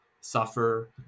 suffer